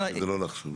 זה לא לעכשיו.